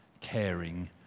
caring